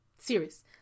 Serious